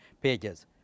pages